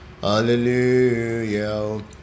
Hallelujah